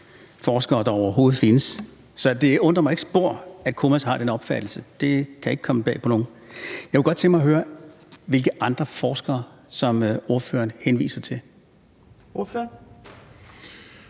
forskere, der overhovedet findes, så det undrer mig ikke spor, at Koopmans har den opfattelse; det kan ikke komme bag på nogen. Jeg kunne godt tænke mig at høre, hvilke andre forskere ordføreren henviser til?